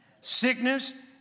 sickness